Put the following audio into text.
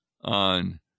on